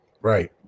right